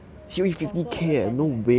sponsor 我的 driving lessons